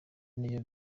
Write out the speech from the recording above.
niyo